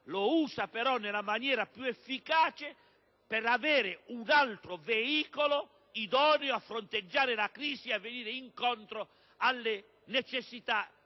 lo usa però nella maniera più efficace, per avere un altro veicolo idoneo a fronteggiare la crisi e a venire incontro alle necessità